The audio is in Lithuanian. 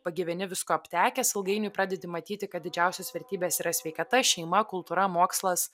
pagyveni visko aptekęs ilgainiui pradedi matyti kad didžiausios vertybės yra sveikata šeima kultūra mokslas